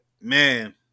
man